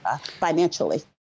financially